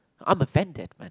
I'm offended man